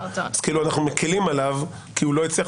אז אנחנו כאילו אנחנו מקלים עליו כי הוא לא הצליח,